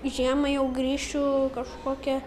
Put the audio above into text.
žiemą jau grįšiu kažkokią